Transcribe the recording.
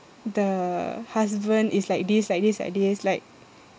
the husband is like this like this like this like